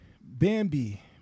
Bambi